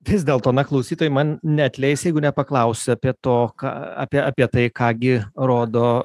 vis dėlto na klausytojai man neatleis jeigu nepaklausiu apie to ką apie apie tai ką gi rodo